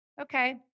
Okay